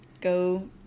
go